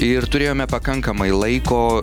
ir turėjome pakankamai laiko